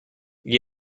gli